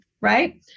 Right